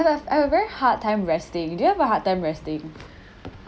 have a very hard time resting do you have a hard time resting